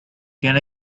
can